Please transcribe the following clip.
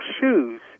shoes